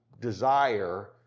desire